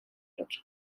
looked